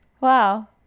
Wow